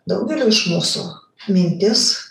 daugelio iš mūsų mintis